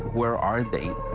where are they?